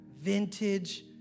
vintage